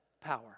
power